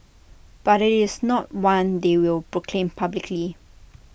but IT is not one they will proclaim publicly